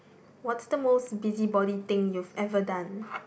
what's the most busybody thing you've ever done